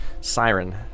Siren